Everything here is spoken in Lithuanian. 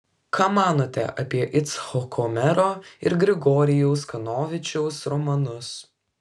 ką manote apie icchoko mero ir grigorijaus kanovičiaus romanus